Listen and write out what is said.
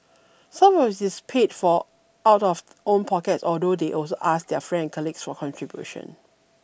some of it is paid for out of own pockets although they also ask their friend and colleagues for contributions